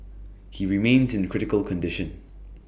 he remains in critical condition